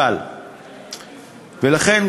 ולכן,